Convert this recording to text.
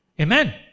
Amen